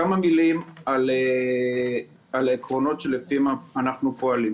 כמה מילים על העקרונות שלפיהם אנחנו פועלים.